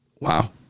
Wow